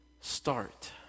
start